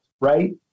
right